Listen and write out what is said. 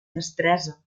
destresa